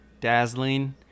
dazzling